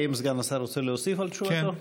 האם סגן השר רוצה להוסיף על תשובתו?